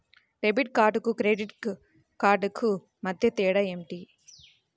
Debit కార్డుకు credit credit కార్డుకు మధ్య తేడా ఏమిటీ?